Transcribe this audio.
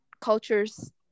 cultures